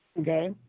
okay